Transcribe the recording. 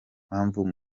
mpamvu